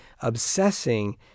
obsessing